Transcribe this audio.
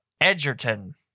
Edgerton